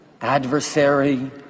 adversary